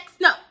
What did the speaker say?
No